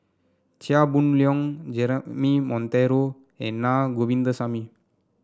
Chia Boon Leong Jeremy Monteiro and Naa Govindasamy